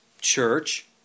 church